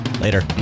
Later